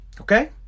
Okay